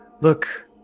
look